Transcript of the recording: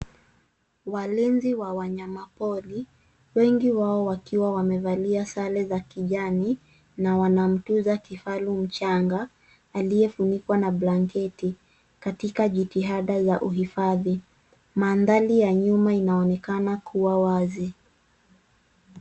Walinzi wa wanyama pori, wengi wao wakiwa wamevalia sare za kijani na wanamtunza kifaru mchanga aliyefunikwa na blanketi katika jitihada za uhifadhi. Mandhari ya nyuma inaonekana kuwa wazi.